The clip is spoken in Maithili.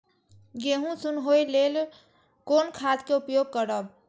गेहूँ सुन होय लेल कोन खाद के उपयोग करब?